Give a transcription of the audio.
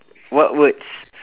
what words